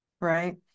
Right